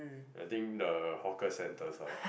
I think the hawker centers lah